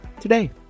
today